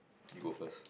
you go first